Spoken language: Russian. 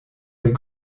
быть